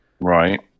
Right